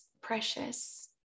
precious